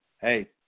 hey